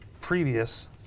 previous